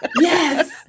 yes